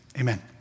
amen